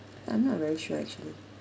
I'm not very sure actually